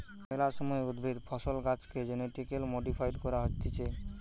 মেলা সময় উদ্ভিদ, ফসল, গাছেকে জেনেটিক্যালি মডিফাইড করা হতিছে